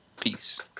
Peace